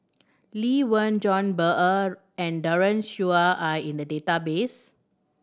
Lee Wen John and Daren Shiau are in the database